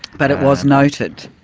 but it was noted?